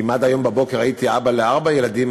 אם עד היום בבוקר הייתי אבא לארבעה ילדים,